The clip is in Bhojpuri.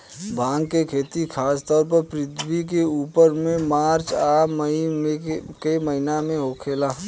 भांग के खेती खासतौर पर पृथ्वी के उत्तर में मार्च आ मई के महीना में होखेला